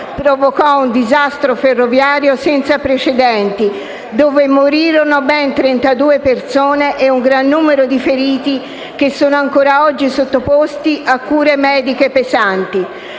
provocò un disastro ferroviario senza precedenti. Morirono ben 32 persone e un gran numero di feriti di allora sono ancora oggi sottoposti a cure mediche pesanti.